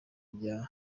rya